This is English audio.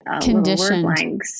conditioned